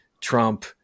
Trump